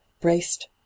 braced